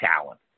talent